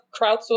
crowdsourcing